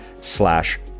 slash